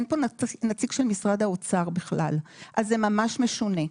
אין פה נציג של משרד האוצר בכלל, אז זה ממש משונה.